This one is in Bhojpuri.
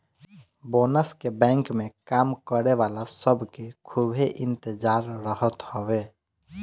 बोनस के बैंक में काम करे वाला सब के खूबे इंतजार रहत हवे